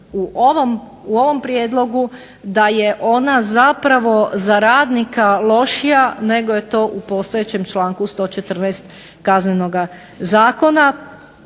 u ovom prijedlogu da je ona zapravo za radnika lošija nego je to u postojećem članku 114. Kaznenoga zakona.